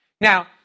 Now